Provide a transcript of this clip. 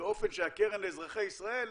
באופן שהקרן לאזרחי ישראל,